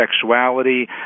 sexuality